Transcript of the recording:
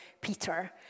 Peter